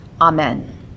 Amen